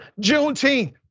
Juneteenth